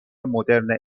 مدرن